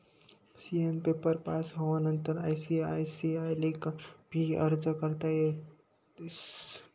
CA ना paper pass होवानंतर ICAI ले भी अर्ज करता येस